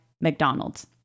McDonald's